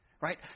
Right